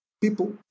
people